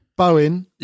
Bowen